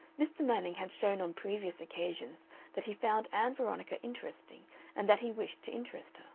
mr. manning had shown on previous occasions that he found ann veronica interesting and that he wished to interest her.